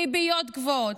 ריביות גבוהות,